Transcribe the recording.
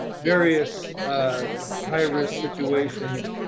various high-risk situations.